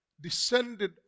descended